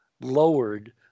lowered